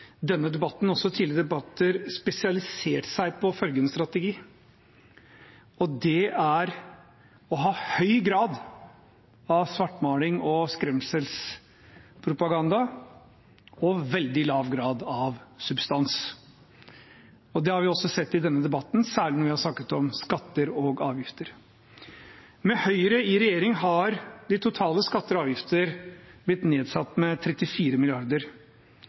spesialisert seg på følgende strategi: høy grad av svartmaling og skremselspropaganda og veldig lav grad av substans. Det har vi også sett i denne debatten, særlig når vi har snakket om skatter og avgifter. Med Høyre i regjering har de totale skattene og avgiftene blitt nedsatt med 34